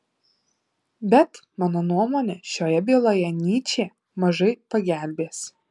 bet mano nuomone šioje byloje nyčė mažai pagelbės